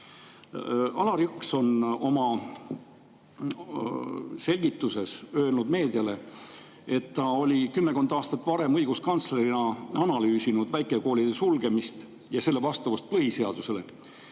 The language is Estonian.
Allar Jõks on oma selgituses öelnud meediale, et ta oli kümmekond aastat varem õiguskantslerina analüüsinud väikekoolide sulgemist ja selle vastavust põhiseadusele